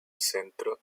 centro